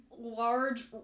large